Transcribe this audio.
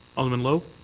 alderman lowe?